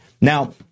Now